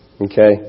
Okay